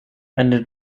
eine